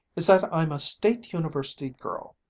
is that i'm a state university girl.